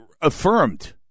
affirmed